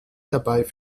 dabei